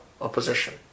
opposition